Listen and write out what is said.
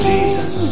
Jesus